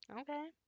okay